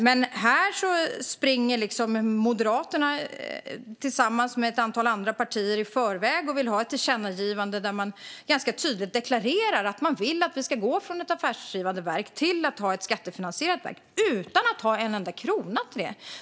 Men här springer Moderaterna, tillsammans med ett antal andra partier, i förväg och vill ha ett tillkännagivande där man ganska tydligt deklarerar att man vill att vi ska gå från ett affärsdrivande verk till ett skattefinansierat verk - utan att avsätta en enda krona till det.